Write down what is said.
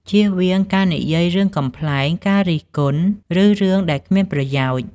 ជៀសវាងការនិយាយរឿងកំប្លែង ការរិះគន់ ឬរឿងដែលគ្មានប្រយោជន៍។